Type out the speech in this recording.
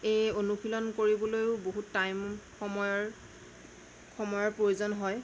এই অনুশীলন কৰিবলৈও বহুত টাইম সময়ৰ সময়ৰ প্ৰয়োজন হয়